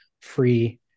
free